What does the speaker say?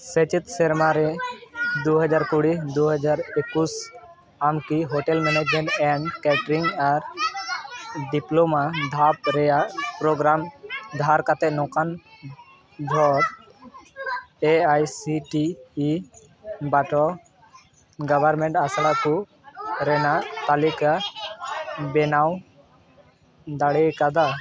ᱥᱮᱪᱮᱫ ᱥᱮᱨᱢᱟ ᱨᱮ ᱫᱩ ᱦᱟᱡᱟᱨ ᱠᱩᱲᱤ ᱫᱩ ᱦᱟᱡᱟᱨ ᱮᱠᱩᱥ ᱟᱢ ᱠᱤ ᱦᱳᱴᱮᱞ ᱢᱮᱱᱮᱡᱽᱢᱮᱱᱴ ᱮᱱᱰ ᱠᱮᱴᱟᱨᱤᱝ ᱟᱨ ᱰᱤᱯᱞᱳᱢᱟ ᱫᱷᱟᱯ ᱨᱮᱱᱟᱜ ᱯᱨᱳᱜᱨᱟᱢ ᱫᱷᱟᱨ ᱠᱟᱛᱮᱫ ᱱᱚᱝᱠᱟᱱ ᱡᱷᱚᱛᱚ A I C T E ᱵᱟᱴᱟᱣᱟᱜ ᱜᱚᱵᱷᱚᱨᱱᱢᱮᱱᱴ ᱟᱥᱲᱟ ᱠᱚ ᱨᱮᱱᱟᱜ ᱛᱟᱞᱤᱠᱟ ᱵᱮᱱᱟᱣ ᱫᱟᱲᱮᱭᱟᱜᱼᱟ